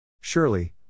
Surely